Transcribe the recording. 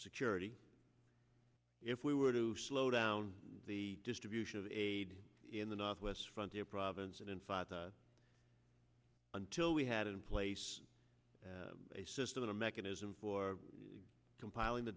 security if we were to slow down the distribution of aid in the northwest frontier province and in five until we had in place a system a mechanism for compiling the